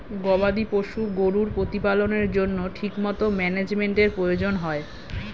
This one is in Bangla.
গবাদি পশু গরুর প্রতিপালনের জন্য ঠিকমতো ম্যানেজমেন্টের প্রয়োজন হয়